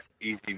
easy